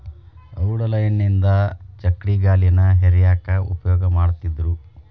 ಔಡಲ ಎಣ್ಣಿಯಿಂದ ಚಕ್ಕಡಿಗಾಲಿನ ಹೇರ್ಯಾಕ್ ಉಪಯೋಗ ಮಾಡತ್ತಿದ್ರು